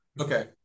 Okay